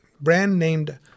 brand-named